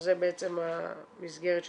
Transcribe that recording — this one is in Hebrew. שזה בעצם המסגרת שלכם,